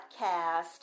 podcast